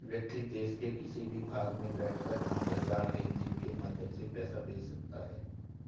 व्यक्ति देश के किसी भी भाग में बैठकर अंतरजाल लेनदेन के माध्यम से पैसा भेज सकता है